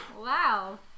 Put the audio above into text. Wow